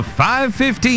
515